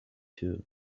two